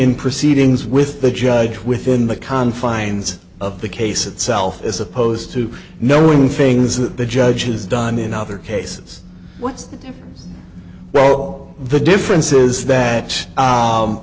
in proceedings with the judge within the confines of the case itself as opposed to knowing things that the judge has done in other cases what's the role the difference is that